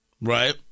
right